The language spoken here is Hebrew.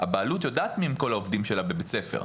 הבעלות יודעת מיהם כל העובדים שלה בבית הספר,